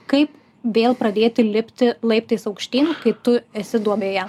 kaip vėl pradėti lipti laiptais aukštyn kai tu esi duobėje